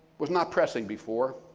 was not pressing before.